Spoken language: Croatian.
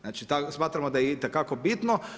Znači smatramo da je itekako bitno.